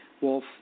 Wolf